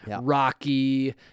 Rocky